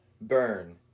burn